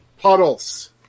puddles